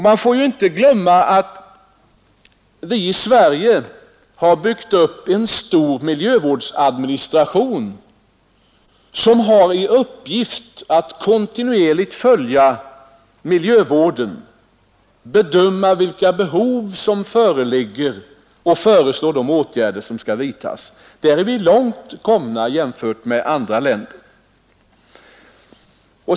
Man får inte glömma att vi i Sverige har byggt upp en stor miljövårdsadministration som har till uppgift att kontinuerligt följa miljövården, bedöma vilka behov som föreligger och föreslå åtgärder. På den punkten har vi kommit långt jämfört med andra länder.